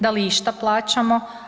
Da li išta plaćamo?